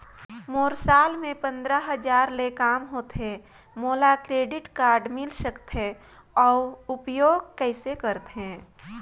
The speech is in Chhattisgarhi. मोर साल मे पंद्रह हजार ले काम होथे मोला क्रेडिट कारड मिल सकथे? अउ उपयोग कइसे करथे?